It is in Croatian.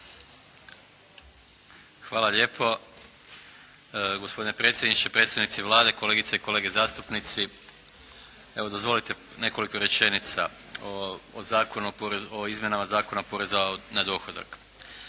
Hvala lijepo. Gospodine predsjedniče, predstavnici Vlade, kolegice i kolege zastupnici. Evo dozvolite nekoliko rečenica o Zakonu o izmjenama Zakona o porezu na dohodak.